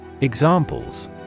Examples